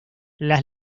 las